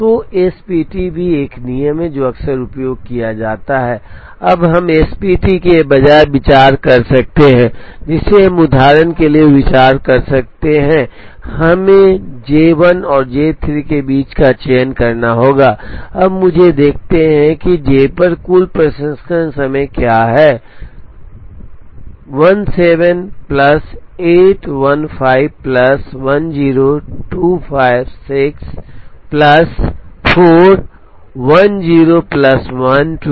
तो एसपीटी भी एक नियम है जो अक्सर उपयोग किया जाता है अब हम एसपीटी के बजाय विचार कर सकते हैं जिसे हम उदाहरण के लिए विचार कर सकते हैं हमें जे 1 और जे 3 के बीच चयन करना होगा अब मुझे देखते हैं कि जे पर कुल प्रसंस्करण समय क्या है 1 7 प्लस 8 15 प्लस 10 25 6 प्लस 4 10 प्लस 12 22